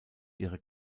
ihre